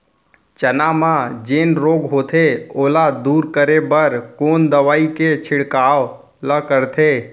चना म जेन रोग होथे ओला दूर करे बर कोन दवई के छिड़काव ल करथे?